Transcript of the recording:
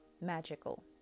magical